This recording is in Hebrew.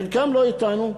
חלקם לא אתנו,